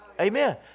Amen